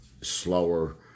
slower